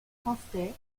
français